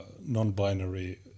non-binary